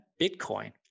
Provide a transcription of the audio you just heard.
Bitcoin